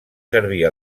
servir